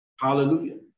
Hallelujah